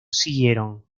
siguieron